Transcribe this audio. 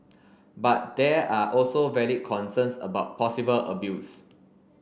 but there are also valid concerns about possible abuse